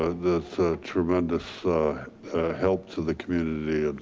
ah the tremendous help to the community, and